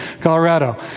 Colorado